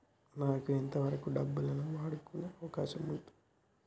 నాకు ఎంత వరకు డబ్బులను వాడుకునే అవకాశం ఉంటది?